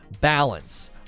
balance